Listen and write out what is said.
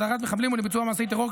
והוא נכון לבצע פעילות טרור,